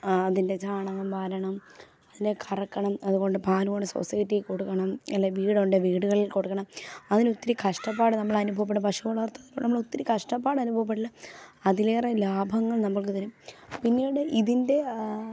അതിൻ്റെ ചാണകം വാരണം അതിനെ കറക്കണം അതുകൊണ്ട് പാൽ കൊണ്ട് സൊസൈറ്റിയിൽ കൊടുക്കണം അല്ലേ വീടുണ്ടെങ്കിൽ വീടുകളിൽ കൊടുക്കണം അതിന് ഒത്തിരി കഷ്ടപ്പാട് നമ്മൾ അനുഭവപ്പെടും പശു വളർത്തുന്നതിലൂടെ നമ്മൾ ഒത്തിരി കഷ്ടപ്പാട് അനുഭവപ്പെട്ടാലും അതിലേറെ ലാഭങ്ങൾ നമ്മൾക്ക് തരും പിന്നീട് ഇതിൻ്റെ